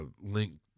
Link